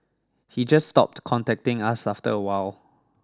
he just stopped contacting us after a while